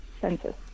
census